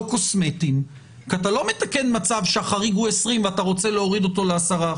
קוסמטיים כי אתה לא מתקן מצב שהחריג הוא 20% ואתה רוצה להוריד אותו ל-10%.